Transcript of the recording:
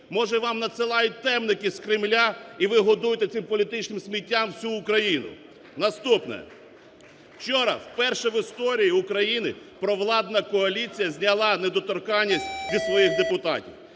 може вам надсилають темники з Кремля і ви годуєте цим політичним сміттям всю Україну? Наступне: вчора вперше в історії України провладна коаліція зняла недоторканність зі своїх депутатів.